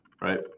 right